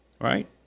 Right